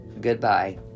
Goodbye